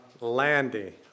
Landy